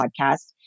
podcast